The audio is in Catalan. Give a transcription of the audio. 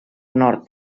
nord